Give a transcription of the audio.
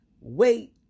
wait